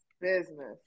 business